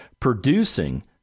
producing